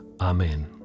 Amen